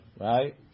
Right